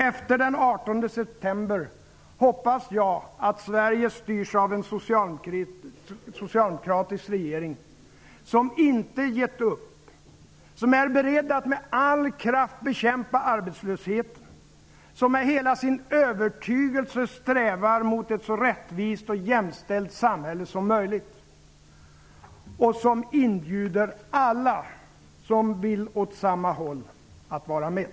Efter den 18 september hoppas jag att Sverige styrs av en socialdemokratisk regering, som inte givit upp, som är beredd att med all kraft bekämpa arbetslösheten, som med hela sin övertygelse strävar mot ett så rättvist och jämställt samhälle som möjligt och som inbjuder alla, som vill åt samma håll, att vara med.